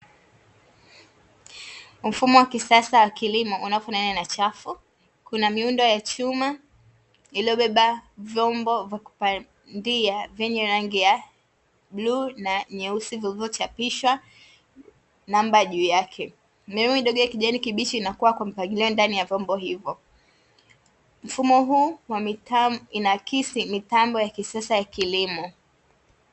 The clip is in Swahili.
Mfumo wa kisasa wa kilimo unaofanana na chafu, kuna miundo ya chuma ilivyobeba vyombo vya kupandia zenye rangi ya bluu na nyeusi zilizochapishwa namba juu yake . Mimea midogo juu ya kijani kibichi nakua kwa mpangilio ndani ya vyombo hivyo .mfumo huu wa mtambo unahakishi mitambo ya kisasa ya kilimo.